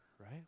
right